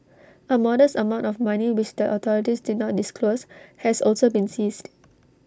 A modest amount of money which the authorities did not disclose has also been seized